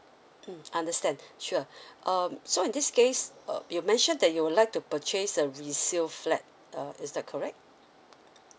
mm understand sure um so in this case uh you mentioned that you would like to purchase a resale flat uh is that correct